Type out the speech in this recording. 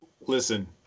Listen